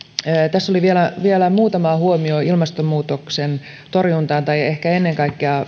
tässä oli vielä vielä muutama huomio ilmastonmuutoksen torjunnasta tai ehkä ennen kaikkea